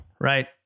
right